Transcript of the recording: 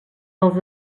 dels